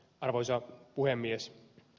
arvoisa puhemies